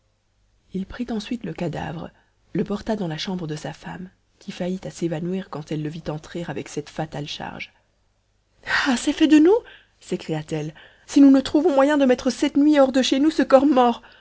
il prit ensuite le cadavre le porta dans la chambre de sa femme qui faillit à s'évanouir quand elle le vit entrer avec cette fatale charge ah c'est fait de nous sécriat elle si nous ne trouvons moyen de mettre cette nuit hors de chez nous ce corps mort